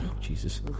Jesus